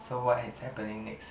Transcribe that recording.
so what has happening next